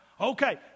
Okay